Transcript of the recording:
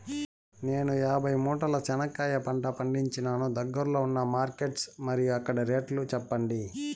నేను యాభై మూటల చెనక్కాయ పంట పండించాను దగ్గర్లో ఉన్న మార్కెట్స్ మరియు అక్కడ రేట్లు చెప్పండి?